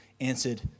answered